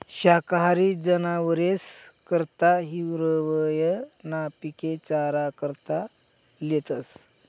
शाकाहारी जनावरेस करता हिरवय ना पिके चारा करता लेतस